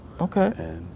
okay